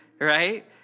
Right